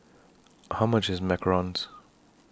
How much IS Macarons